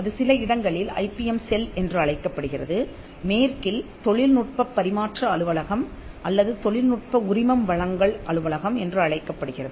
அது சில இடங்களில் ஐபிஎம் செல் என்று அழைக்கப்படுகிறது மேற்கில் தொழில்நுட்பப் பரிமாற்ற அலுவலகம் அல்லது தொழில்நுட்ப உரிமம் வழங்கல் அலுவலகம் என்று அழைக்கப்படுகிறது